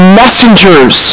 messengers